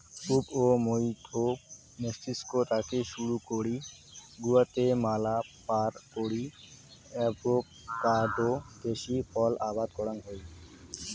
পুব ও মইধ্য মেক্সিকো থাকি শুরু করি গুয়াতেমালা পার করি অ্যাভোকাডো দেশী ফল আবাদ করাং হই